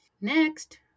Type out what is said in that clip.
next